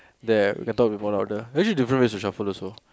there we can talk with one order actually different ways to shuffle also